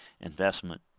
investment